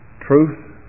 truth